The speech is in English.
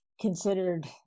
considered